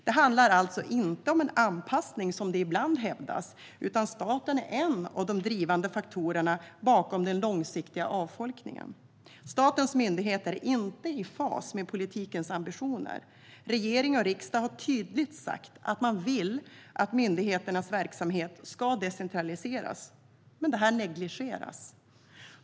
Det handlar alltså inte om en anpassning, som det ibland hävdas, utan staten är en av de drivande faktorerna bakom den långsiktiga avfolkningen. Statens myndigheter är inte i fas med politikens ambitioner. Regering och riksdag har tydligt sagt att man vill att myndigheternas verksamhet ska decentraliseras, men detta negligeras.